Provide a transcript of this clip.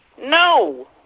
No